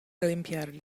limpiar